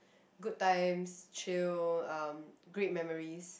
good times chill um great memories